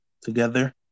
together